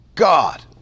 God